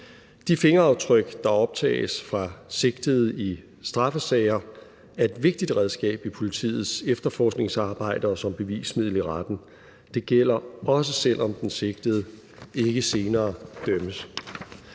De fingeraftryk, der optages fra sigtede i straffesager, er et vigtigt redskab i politiets efterforskningsarbejde og som bevismiddel i retten. Det gælder også, selv om den sigtede ikke senere dømmes.